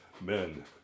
men